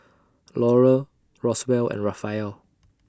Laurel Roswell and Raphael